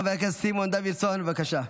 חבר הכנסת סימון דוידסון, בבקשה.